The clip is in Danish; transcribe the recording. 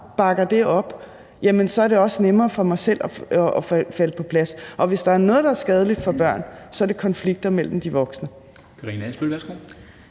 bakker det op, er det også nemmere for en selv at falde til, og hvis der er noget, der er skadeligt for børn, så er det konflikter mellem de voksne.